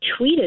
tweeted